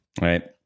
Right